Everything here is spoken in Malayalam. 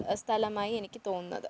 സ്ഥലമായി എനിക്ക് തോന്നുന്നത്